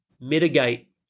mitigate